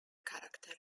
character